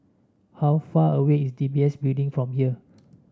how far away is D B S Building from here